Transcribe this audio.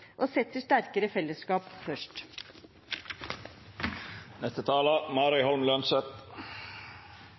og setter sterkere fellesskap